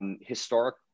historic